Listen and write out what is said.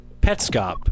Petscop